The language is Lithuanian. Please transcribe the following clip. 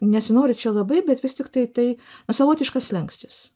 nesinori čia labai bet vis tiktai tai savotiškas slenkstis